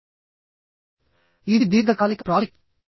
ఇది దీర్ఘకాలిక ప్రాజెక్ట్